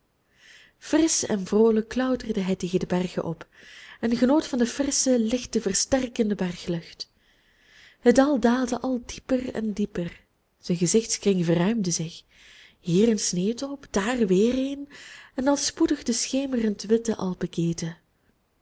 frisch en vroolijk klauterde hij tegen de bergen op en genoot de frissche lichte versterkende berglucht het dal daalde al dieper en dieper zijn gezichtskring verruimde zich hier een sneeuwtop daar weer eer en al spoedig de schemerend witte